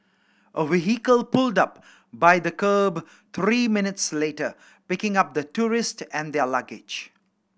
a vehicle pulled up by the kerb three minutes later picking up the tourist and their luggage